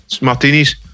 Martinis